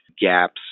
gaps